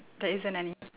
there isn't any